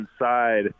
inside